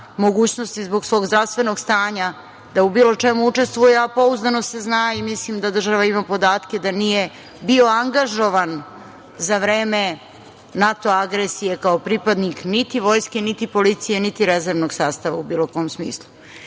mogućnosti zbog svog zdravstvenog stanja da u bilo čemu učestvuje, a pouzdano se zna i mislim da država ima podatke da nije bio angažovan za vreme NATO agresije kao pripadnik niti vojske, niti policije, niti rezervnog sastava u bilo kom smislu. Dakle,